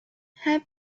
help